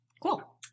Cool